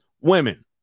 women